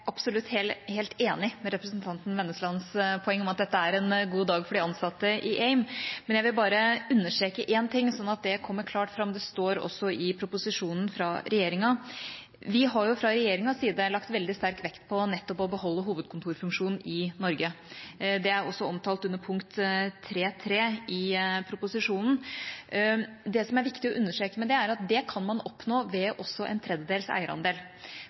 absolutt helt enig i representanten Grøslie Wenneslands poeng om at dette er en god dag for de ansatte i AIM, jeg vil bare understreke én ting, sånn at det kommer klart fram. Det står også i proposisjonen fra regjeringa. Vi har fra regjeringas side lagt veldig sterk vekt på nettopp å beholde hovedkontorfunksjonen i Norge. Det er også omtalt under punkt 3.3 i proposisjonen. Det som er viktig å understreke med det, er at det kan man også oppnå med en tredjedels eierandel.